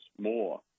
more